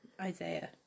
Isaiah